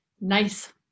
nice